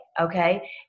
okay